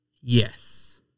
Yes